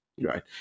right